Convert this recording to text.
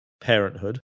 parenthood